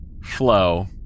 flow